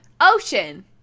Ocean